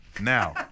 Now